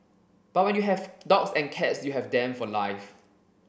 but when you have dogs and cats you have them for life